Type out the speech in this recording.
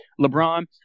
LeBron